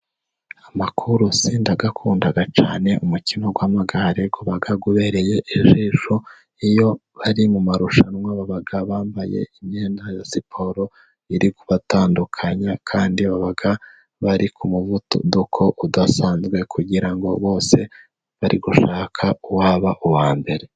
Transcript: Amakurusi ndayakunda cyane, umukino w'amagare uba ubereye ijisho iyo bari mu marushanwa baba bambaye imyenda ya siporo iri kubatandukanya, kandi baba bari ku muvuduko udasanzwe kugira ngo bose bari gushaka uwaba uwa mbere.